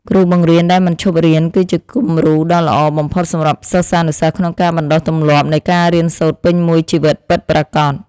គ្រូបង្រៀនដែលមិនឈប់រៀនគឺជាគំរូដ៏ល្អបំផុតសម្រាប់សិស្សានុសិស្សក្នុងការបណ្តុះទម្លាប់នៃការរៀនសូត្រពេញមួយជីវិតពិតប្រាកដ។